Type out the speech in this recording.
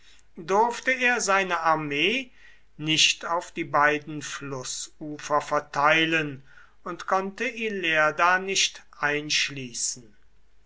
durfte er seine armee nicht auf die beiden flußufer verteilen und konnte ilerda nicht einschließen